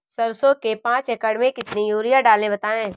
सरसो के पाँच एकड़ में कितनी यूरिया डालें बताएं?